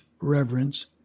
reverence